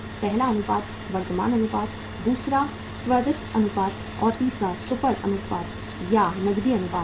पहला अनुपात वर्तमान अनुपात है दूसरा त्वरित अनुपात है और तीसरा सुपर अनुपात या नकदी अनुपात है